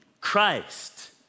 Christ